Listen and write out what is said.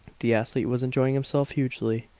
the athlete was enjoying himself hugely.